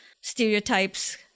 stereotypes